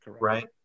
Right